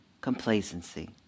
complacency